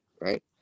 Right